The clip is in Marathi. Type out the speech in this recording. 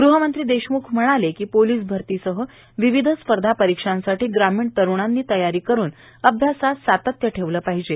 गृह मंत्री देशमुख म्हणाले की पोलीस भरतीसह विविध स्पर्धा परीक्षांसाठी ग्रामीण तरुणांनी तयारी करून अभ्यासात सातत्य ठेवलं पाहिजे